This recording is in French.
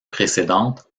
précédente